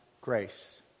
grace